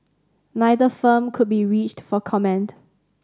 neither firm could be reached for comment